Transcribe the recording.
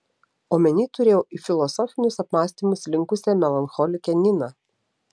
omeny turėjau į filosofinius apmąstymus linkusią melancholikę niną